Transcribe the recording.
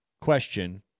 question